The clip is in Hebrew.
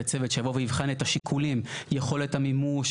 יהיה צוות שיבוא ויבחן את השיקולים: יכולת המימוש,